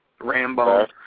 Rambo